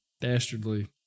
Dastardly